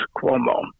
Cuomo